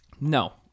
No